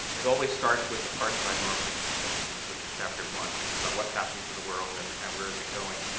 it always starts with the part that i normally don't read, which is chapter one, which is about what's happening to the world, and and where is it going.